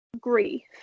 grief